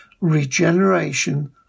regeneration